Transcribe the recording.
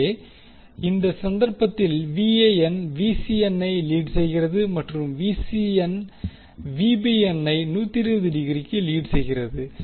எனவே இந்த சந்தர்ப்பத்தில் ஐ லீட் செய்கிறது மற்றும் ஐ 120 டிகிரி லீட் செய்கிறது